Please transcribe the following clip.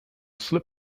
slip